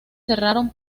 cerraron